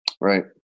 Right